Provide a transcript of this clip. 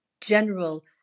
general